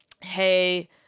Hey